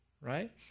right